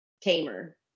tamer